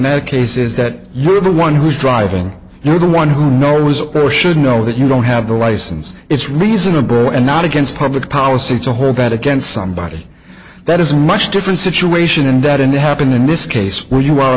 that case is that you're the one who's driving you're the one who knows or should know that you don't have a license it's reasonable and not against public policy to her bad against somebody that is much different situation and that and it happened in this case where you are a